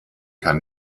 kann